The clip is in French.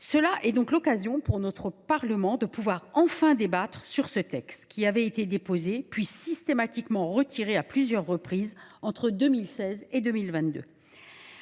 Voilà donc l’occasion pour notre Parlement de débattre enfin sur ce texte, qui a été déposé, puis systématiquement retiré à plusieurs reprises entre 2016 et 2022.